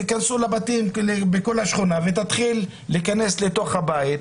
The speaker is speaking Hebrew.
תיכנסו לבתים בכל השכונה ותתחילו להיכנס לתוך הבית,